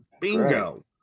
bingo